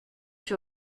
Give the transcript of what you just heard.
sur